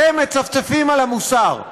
אתם מצפצפים על המוסר.